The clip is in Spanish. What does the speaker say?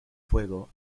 fuego